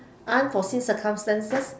unforeseen circumstances